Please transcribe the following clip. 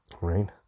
right